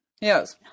Yes